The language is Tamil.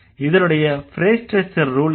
இதனுடைய ஃப்ரேஸ் ஸ்ட்ரக்சர் ரூல் என்ன